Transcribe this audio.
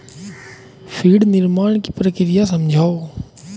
feed निर्माण की प्रक्रिया समझाओ